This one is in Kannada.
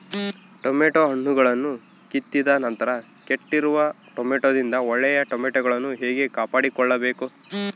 ಟೊಮೆಟೊ ಹಣ್ಣುಗಳನ್ನು ಕಿತ್ತಿದ ನಂತರ ಕೆಟ್ಟಿರುವ ಟೊಮೆಟೊದಿಂದ ಒಳ್ಳೆಯ ಟೊಮೆಟೊಗಳನ್ನು ಹೇಗೆ ಕಾಪಾಡಿಕೊಳ್ಳಬೇಕು?